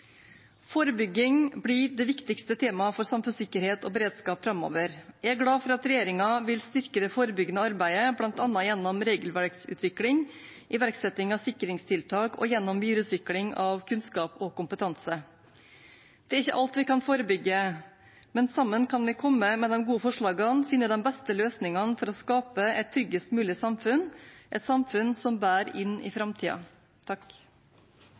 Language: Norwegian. Forebygging blir det viktigste temaet for samfunnssikkerhet og beredskap framover. Jeg er glad for at regjeringen vil styrke det forebyggende arbeidet, bl.a. gjennom regelverksutvikling, iverksetting av sikringstiltak og gjennom videreutvikling av kunnskap og kompetanse. Det er ikke alt vi kan forebygge, men sammen kan vi komme med de gode forslagene og finne de beste løsningene for å skape et tryggest mulig samfunn, et samfunn som bærer inn i